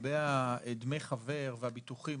--- לגבי דמי החבר והביטוחים,